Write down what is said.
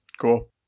Cool